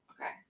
Okay